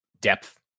depth